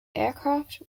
aircraft